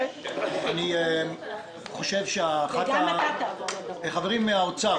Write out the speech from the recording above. חברים מן האוצר,